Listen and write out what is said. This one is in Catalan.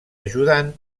ajudant